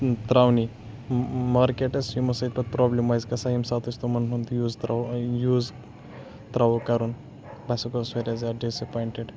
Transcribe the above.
تراونٕی markets یِم ہَسا چھِ پَتہٕ پرابلِم اَسہِ گَژھان ییٚمہِ ساتہٕ أسۍ تِمَن ہُنٛد یوٗز تراوو یوٗز تراوو کَرُن بہٕ ہَسا گوس واریاہ زیادٕ ڈِسایٚپوینٹِڈ